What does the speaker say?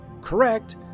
Correct